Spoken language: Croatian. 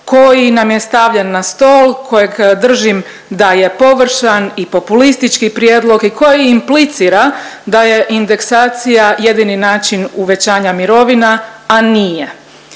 koji nam je stavljen na stol kojeg držim d je površan i populistički prijedlog i koji implicira da je indeksacija jedini način uvećanja mirovina, a nije.